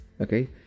okay